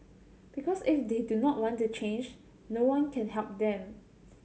because if they do not want to change no one can help them